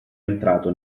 entrato